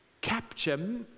capture